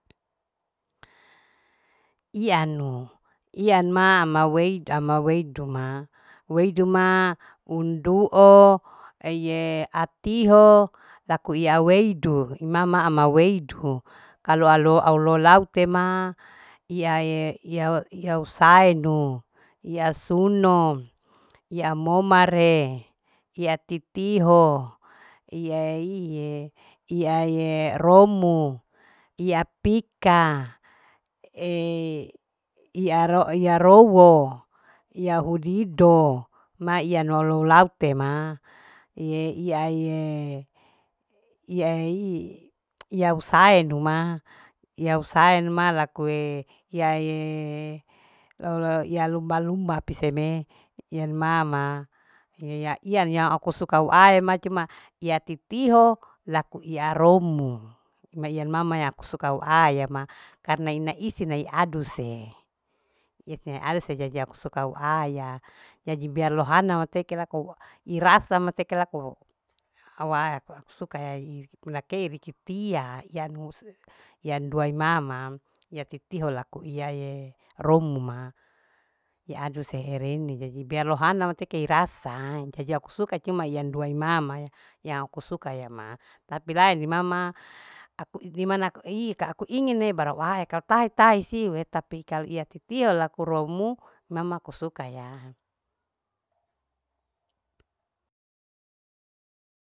Iyanu iyan mama au mei ama weidu ma. weidu ma unduo. eiye atiho laku iya au weidu imama ama iweidu kalu alo au lolaute ma iyae iya au saenu iya au suno iya au momare iya au titiho iya iye iya iye romu iya pika ee iya. iya ro uwo iya udido ma iya no lautema iye iya aiyee iei iaya au saenu ma iya au saenu ma lakue iya iyee loe. low iya luma luma piseme iyan mama iya iyanma aku suka au aema cuma iya titiho laku iyae romo ma iyan mama iadu sehrene jadi biar lohana mateke rasa laku suka huayenma karna ina isi ina iaduse isine au sejaja aku suka lou aya jadi biar lohana mateke lako irasa. mateke lako auwaa teke au aku suka ya inak rikitia yanu iyan dua imama iya titiho laku iyae romoma liadu serene jadi biar lohana mateke rasae jadi aku suka cuma iyan dua imama ya aku suka ya ma tapi lain di mama aku ige manaku ika ku ingine baru uahe kalu ku tahe. tahe siuee tapi kalu iya titiho laku roumu mama ku suka ya.